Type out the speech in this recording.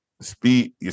speed –